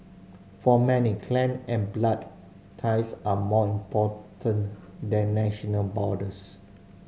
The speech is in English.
for many clan and blood ties are more important than national borders